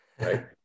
right